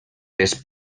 les